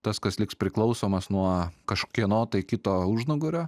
tas kas liks priklausomas nuo kažkieno tai kito užnugario